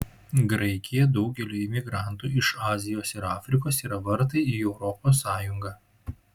graikija daugeliui imigrantų iš azijos ir afrikos yra vartai į europos sąjungą